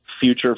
future